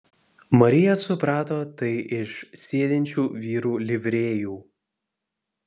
marija suprato tai iš sėdinčių vyrų livrėjų